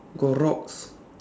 got rocks